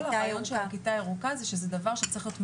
כל הרעיון של מתווה הכיתה הירוקה זה שזה דבר שיכול להיות מנוהל.